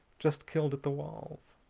just killed at the walls.